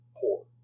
poor